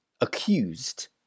accused